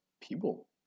people